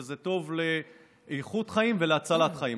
וזה טוב לאיכות חיים ולהצלת חיים.